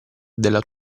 della